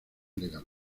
legal